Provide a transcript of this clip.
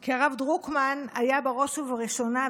כי הרב דרוקמן היה בראש ובראשונה,